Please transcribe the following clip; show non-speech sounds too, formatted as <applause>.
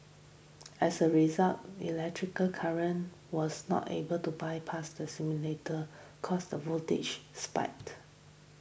as a result electrical current was not able to bypass the simulator cause the voltage <unintelligible>